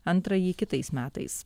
antrąjį kitais metais